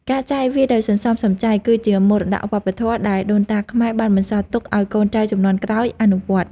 ការចាយវាយដោយសន្សំសំចៃ គឺជាមរតកវប្បធម៌ដែលដូនតាខ្មែរបានបន្សល់ទុកឱ្យកូនចៅជំនាន់ក្រោយអនុវត្ត។